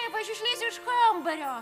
kaip aš išlįsiu iš kambario